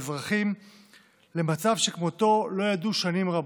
האזרחים למצב שכמותו לא ידעו שנים רבות.